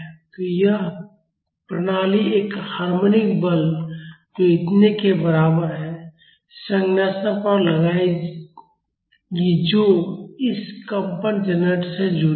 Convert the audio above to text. तो यह प्रणाली एक हार्मोनिक बल जो इतने के बराबर है संरचना पर लगाएगी जो इस कंपन जनरेटर से जुड़ी है